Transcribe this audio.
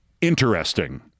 interesting